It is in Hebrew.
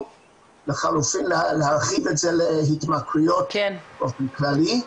או לחלופין להרחיב את זה להתמכרויות באופן כללי.